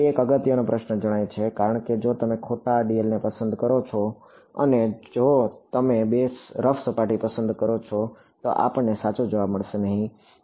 તે એક અગત્યનો પ્રશ્ન જણાય છે કારણ કે જો તમે ખોટા dl ને પસંદ કરો છો અને જો તમે બે રફ સપાટી પસંદ કરો છો તો આપણને સાચો જવાબ નહીં મળે